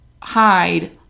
hide